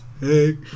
hey